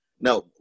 Now